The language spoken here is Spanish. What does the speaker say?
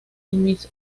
miss